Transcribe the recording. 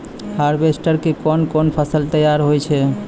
Harvester के कोन कोन फसल तैयार होय छै?